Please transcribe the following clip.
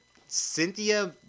Cynthia